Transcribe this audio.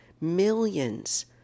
millions